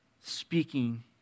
speaking